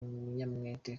umunyamwete